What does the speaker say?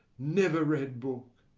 never read book!